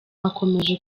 akomeje